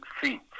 feet